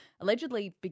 allegedly